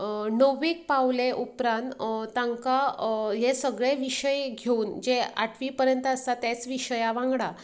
णव्वेक पावले उपरांत तांकां हें सगळें विशय घेवन जे आठवी पर्यंत आसा तेच विशया वांगडा